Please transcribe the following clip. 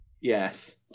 Yes